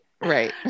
right